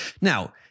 Now